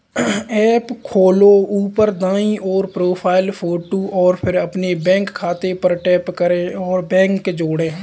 app खोलो, ऊपर दाईं ओर, प्रोफ़ाइल फ़ोटो और फिर अपने बैंक खाते पर टैप करें और बैंक जोड़ें